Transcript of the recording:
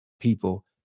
people